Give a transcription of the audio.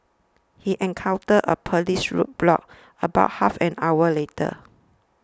he encountered a police roadblock about half an hour later